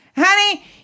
Honey